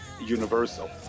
universal